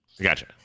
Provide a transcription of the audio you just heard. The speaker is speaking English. Gotcha